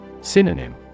Synonym